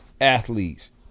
athletes